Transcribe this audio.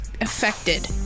affected